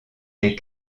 des